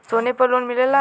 सोना पर लोन मिलेला?